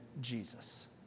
Jesus